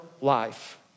life